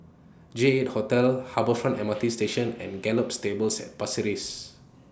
J Hotel Harbour Front M R T Station and Gallop Stables At Pasir Ris